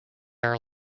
are